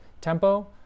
tempo